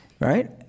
Right